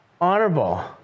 Honorable